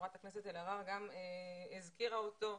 שחברת הכנסת אלהרר גם הזכירה אותו.